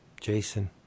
Jason